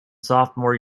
sophomore